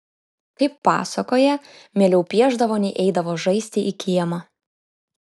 kaip pasakoja mieliau piešdavo nei eidavo žaisti į kiemą